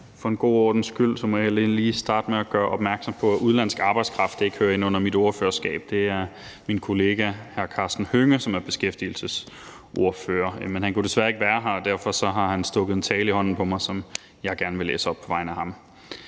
For god ordens skyld må jeg hellere lige starte med at gøre opmærksom på, at udenlandsk arbejdskraft ikke hører ind under mit ordførerskab. Det er min kollega hr. Karsten Hønge, som er beskæftigelsesordfører, men han kunne desværre ikke være her, og derfor har han stukket en tale i hånden på mig, som jeg gerne vil læse op på vegne af ham.